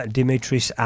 Dimitris